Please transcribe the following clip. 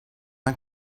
uns